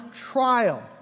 trial